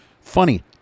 Funny